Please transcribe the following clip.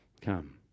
Come